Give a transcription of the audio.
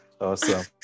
Awesome